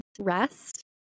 rest